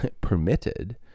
permitted